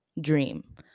dream